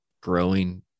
growing